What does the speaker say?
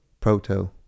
proto